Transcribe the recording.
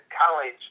college